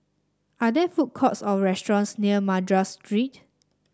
are there food courts or restaurants near Madras Street